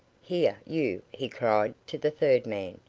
here, you, he cried to the third man,